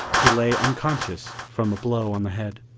he lay unconscious from a blow on the head.